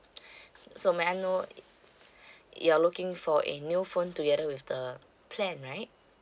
so may I know you're looking for a new phone together with the plan right